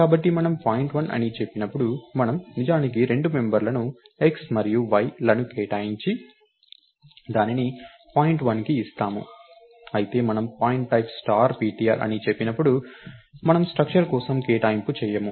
కాబట్టి మనం point1 అని చెప్పినప్పుడు మనం నిజానికి రెండు మెంబర్లను x మరియు y లను కేటాయించి దానిని point1కి ఇస్తాము అయితే మనం pointType స్టార్ ptr అని చెప్పినప్పుడు మనము స్ట్రక్టర్ కోసం కేటాయింపు చేయము